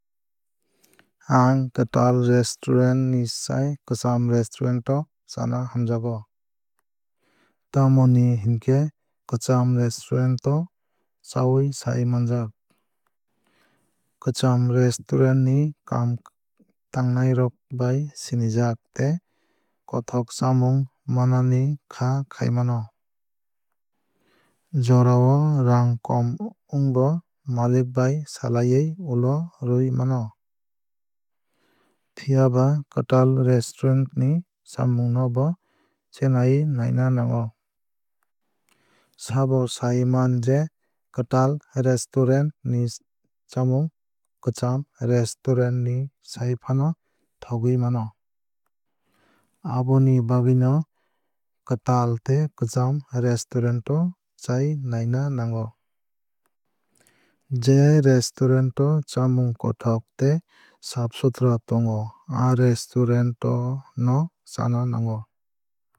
Ang kwtal restaurant ni sai kwcham restaurant o chana hamjago. Tamoni hinkhe kwcham restaurant o chawui sai manjak. Kwcham restaurant ni kaam tangnai rok bai sinijak tei kothok chamung manani kha khai mano. Jorao raang kom wngbo malik bai salaiwui ulo rwui mano. Phiaba kwtal restaurant ni chamung no bo chenawui naina nango. Sabo sai man je kwtal restaurant ni chamung kwcham restaurant ni sai fano thogwui mano. Tei kwtal restaurant o kaam khlainai borok rok kaham fano wngwui mano. Aboni bagwui no kwtal tei kwcham restaurant o chai naina nango. Je restaurant no chamung kothok tei saaf suthra tongo aa restaurant o no chana nango.